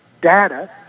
data